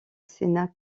sénat